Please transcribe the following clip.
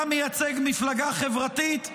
אתה מייצג מפלגה חברתית?